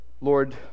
Lord